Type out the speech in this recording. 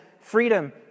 freedom